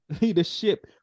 Leadership